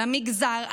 למגזר,